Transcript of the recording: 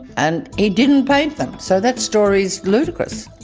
and he didn't paint them. so that story's ludicrous.